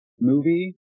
movie